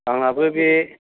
आंनाबो बे